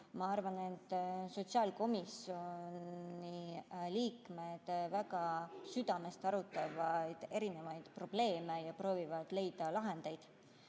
Ma arvan, et sotsiaalkomisjoni liikmed südamest arutavad eri probleeme ja proovivad leida lahendusi.